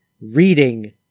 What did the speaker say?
reading